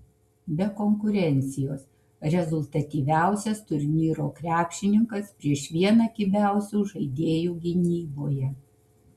be konkurencijos rezultatyviausias turnyro krepšininkas prieš vieną kibiausių žaidėjų gynyboje